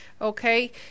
Okay